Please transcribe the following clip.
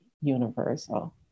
universal